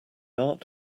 art